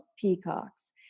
peacocks